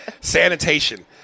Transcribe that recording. sanitation